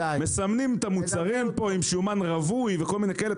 מסמנים את המוצרים פה עם שומן רווי וכל מיני כאלה.